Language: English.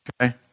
okay